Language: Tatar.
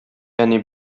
әни